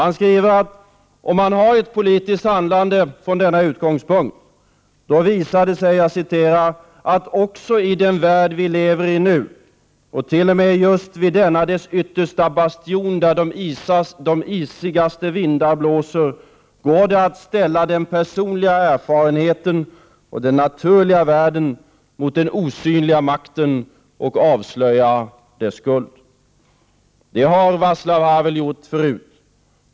Han skriver att om man har ett politiskt handlande från denna utgångspunkt då visar det sig ”att det också i den värld vi lever i nu — och till om med just vid denna dess yttersta bastion, där den isigaste vinden blåser — går att ställa den personliga erfarenheten och den naturliga världen mot den osynliga ”makten” och avslöja dess skuld”. Det har Våclav Havel gjort förr.